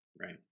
right